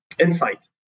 insight